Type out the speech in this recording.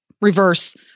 reverse